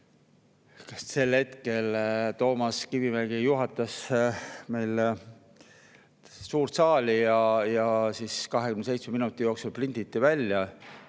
sel hetkel Toomas Kivimägi juhatas meil suurt saali – 27 minuti jooksul prinditi need välja.